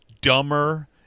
dumber